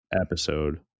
episode